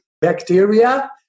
bacteria